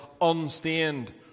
unstained